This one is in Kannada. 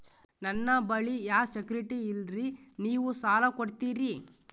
ನನ್ನ ಬಳಿ ಯಾ ಸೆಕ್ಯುರಿಟಿ ಇಲ್ರಿ ನೀವು ಸಾಲ ಕೊಡ್ತೀರಿ?